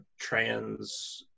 trans